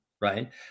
right